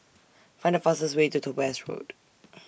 Find The fastest Way to Topaz Road